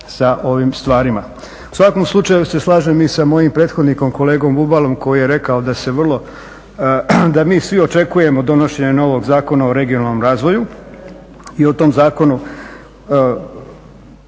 U svakom slučaju se slažem i sa mojim prethodnikom kolegom Bubalom koji je rekao da mi svi očekujemo donošenje novog Zakona o regionalnom razvoju i o tom zakonu